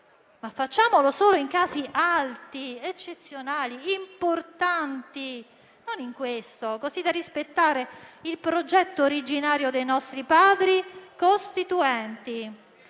ma facciamolo solo in casi alti, eccezionali, importanti (non in questo), così da rispettare il progetto originario dei nostri Padri costituenti.